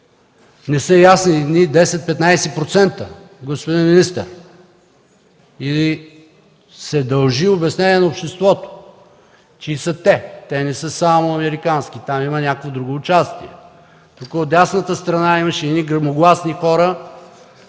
Не са ясни едни 10-15%, господин министър, дължи се обяснение на обществото чии са те. Те не са само американски, там има някакво друго участие. Тук от дясната страна имаше едни гръмогласни хора,